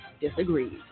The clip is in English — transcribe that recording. disagrees